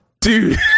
Dude